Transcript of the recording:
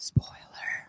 Spoiler